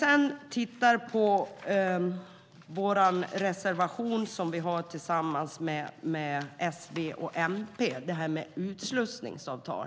Så till den reservation som vi har tillsammans med S och MP om utslussningsavtal.